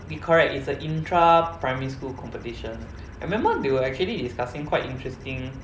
correct is a intra primary school competition I remember they were actually discussing quite interesting